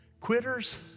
quitters